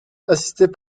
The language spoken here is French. assistait